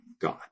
God